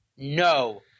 No